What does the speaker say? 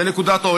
זו נקודת אור.